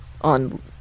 on